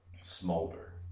Smolder